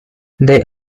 they